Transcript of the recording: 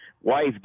wife